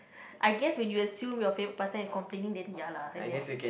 I guess when you assume your favourite past time is complaining then ya lah I guess